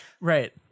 Right